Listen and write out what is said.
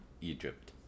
Egypt